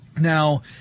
Now